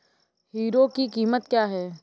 Hero की कीमत क्या है?